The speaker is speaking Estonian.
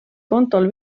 kontol